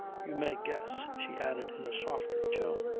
you may guess, she added in a softer tone,